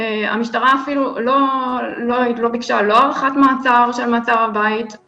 המשטרה לא ביקשה הארכה של מעצר הבית,